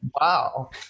Wow